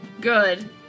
Good